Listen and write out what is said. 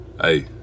Hey